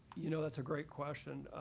you know, that's a great question.